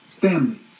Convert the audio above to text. family